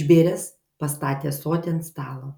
išbėręs pastatė ąsotį ant stalo